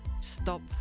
stop